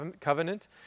covenant